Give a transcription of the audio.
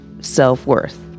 self-worth